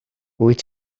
wyt